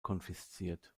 konfisziert